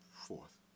Fourth